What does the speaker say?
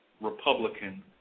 Republican